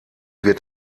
wird